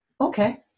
okay